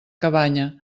cabanya